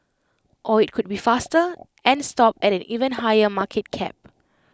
or IT could be faster and stop at an even higher market cap